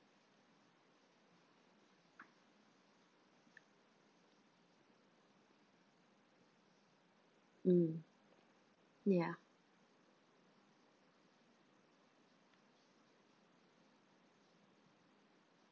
mm yeah